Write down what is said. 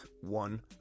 one